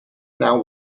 now